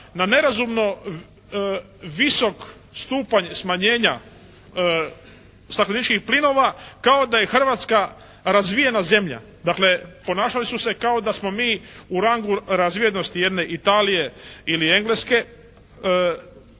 na nerazumno visok stupanj smanjenja stakleničkih plinova kao da je Hrvatska razvijena zemlja. Dakle, ponašali su se kao da smo mi u rangu razvijenosti jedne Italije ili Engleske,